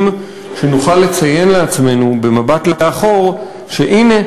שנוכל לציין לעצמנו במבט לאחור שהנה,